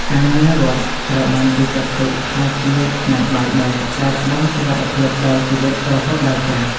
ការងាររដ្ឋត្រូវបានគេចាត់ទុកថាជា "ឆ្នាំងបាយដែក" ដែលផ្តល់សុវត្ថិភាពដល់ជីវិតរហូតដល់ចាស់។